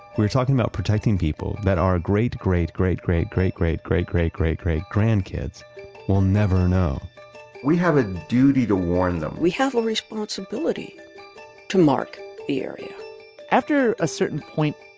we're talking about protecting people that our great great great great great great great great great great grandkids will never know we have a duty to warn them we have a responsibility to mark the area after a certain point,